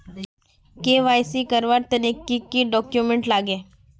KYC करवार तने की की डॉक्यूमेंट लागे?